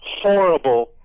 horrible